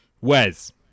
Wes